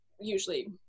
usually